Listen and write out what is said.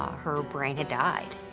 ah her brain had died.